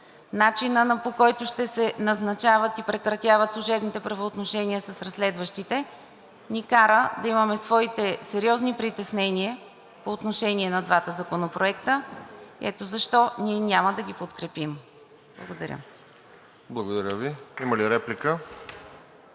начинът, по който ще се назначават и прекратяват служебните правоотношения с разследващите, ни кара да имаме своите сериозни притеснения по отношение на двата законопроекта. Ето защо ние няма да ги подкрепим. Благодаря. ПРЕДСЕДАТЕЛ РОСЕН